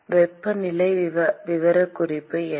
வெப்பநிலை விவரக்குறிப்பு என்ன